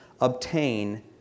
obtain